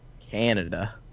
canada